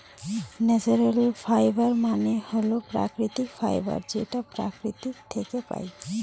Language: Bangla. ন্যাচারাল ফাইবার মানে হল প্রাকৃতিক ফাইবার যেটা প্রকৃতি থাকে পাই